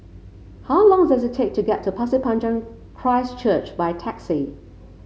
how long does it take to get to Pasir Panjang Christ Church by taxi